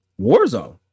Warzone